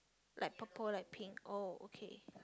like purple like pink oh okay